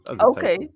Okay